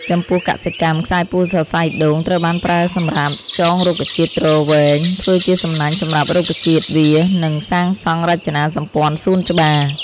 ចំពោះកសិកម្ម ខ្សែពួរសរសៃដូងត្រូវបានប្រើសម្រាប់ ចងរុក្ខជាតិទ្រវែង ធ្វើជាសំណាញ់សម្រាប់រុក្ខជាតិវារ និងសាងសង់រចនាសម្ព័ន្ធសួនច្បារ។